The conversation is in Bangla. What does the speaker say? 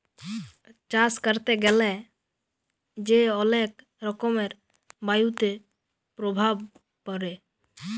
চাষ ক্যরতে গ্যালা যে অলেক রকমের বায়ুতে প্রভাব পরে